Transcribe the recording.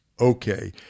okay